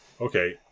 okay